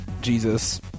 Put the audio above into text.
Jesus